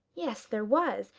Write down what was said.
yes! there was,